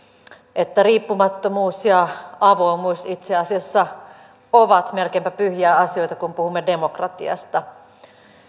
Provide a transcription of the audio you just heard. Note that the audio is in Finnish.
että riippumattomuus ja avoimuus itse asiassa ovat melkeinpä pyhiä asioita kun puhumme demokratiasta